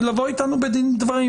לבוא איתנו בדין ודברים.